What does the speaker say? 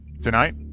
Tonight